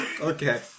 Okay